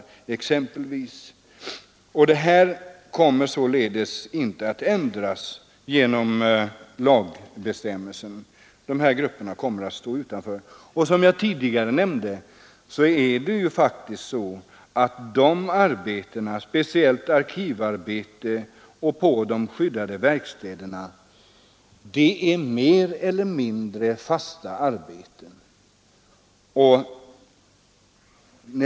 Detta kommer således inte att ändras genom lagbestämmelsen, utan de här grupperna kommer att stå utanför. Som jag tidigare nämnde är det faktiskt så att dessa arbeten, speciellt arkivarbete och arbete i de skyddade verkstäderna, är mer eller mindre fasta.